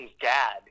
dad